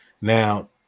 Now